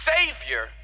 Savior